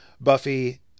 Buffy